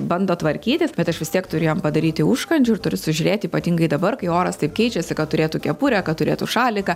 bando tvarkytis bet aš vis tiek turiu jiem padaryti užkandžių ir turiu sužiūrėti ypatingai dabar kai oras taip keičiasi kad turėtų kepurę kad turėtų šaliką